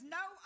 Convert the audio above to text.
no